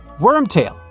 Wormtail